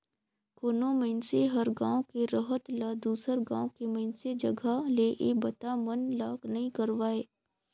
कोनो मइनसे हर गांव के रहत ल दुसर गांव के मइनसे जघा ले ये बता मन ला नइ करवाय